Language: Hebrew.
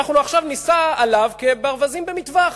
אנחנו עכשיו ניסע עליו כברווזים במטווח.